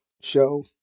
show